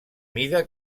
mida